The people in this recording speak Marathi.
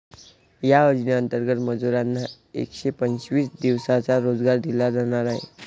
या योजनेंतर्गत मजुरांना एकशे पंचवीस दिवसांचा रोजगार दिला जाणार आहे